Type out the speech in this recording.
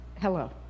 hello